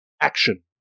action